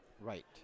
Right